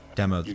demo